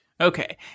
Okay